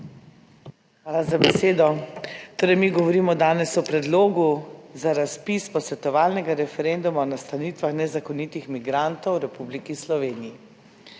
Hvala za besedo. Torej mi govorimo danes o Predlogu za razpis posvetovalnega referenduma o nastanitvah nezakonitih migrantov v Republiki Sloveniji.